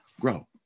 grow